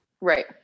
right